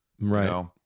Right